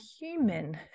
human